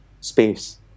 space